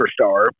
superstar